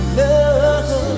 love